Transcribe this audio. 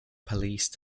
police